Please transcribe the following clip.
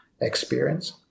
experience